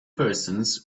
persons